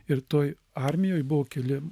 ir toj armijoj buvo keli